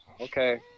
Okay